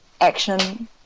action